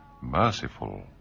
merciful